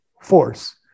force